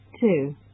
two